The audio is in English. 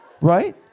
right